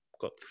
got